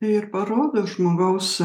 ir parodo žmogaus